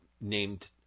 named